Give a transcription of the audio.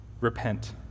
Repent